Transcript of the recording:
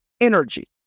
Energy